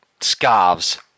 scarves